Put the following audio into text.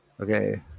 okay